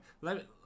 let